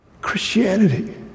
Christianity